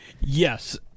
Yes